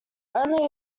only